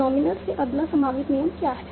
nominal से अगला संभावित नियम क्या है